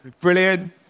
Brilliant